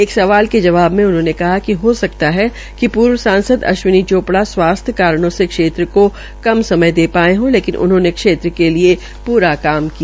एक सवाल के जवाब मे उन्होंने कहा कि हो सकता है कि पूर्व सांसद अश्विनी चोपड़ा स्वास्थ्य कारणों से क्षेत्र को कम समय दे पाये है लेकिन उन्होंने क्षेत्र के लिये प्रा काम किया